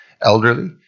elderly